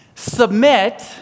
submit